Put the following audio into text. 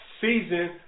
season